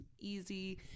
easy